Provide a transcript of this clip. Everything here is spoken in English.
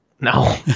No